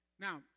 Now